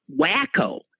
wacko